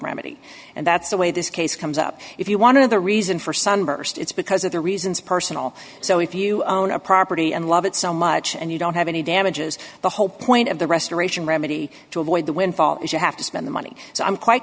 remedy and that's the way this case comes up if you want to the reason for sunburst it's because of the reasons personal so if you own a property and love it so much and you don't have any damages the whole point of the restoration remedy to avoid the windfall is you have to spend the money so i'm quite